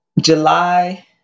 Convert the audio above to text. July